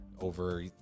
over